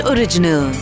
Original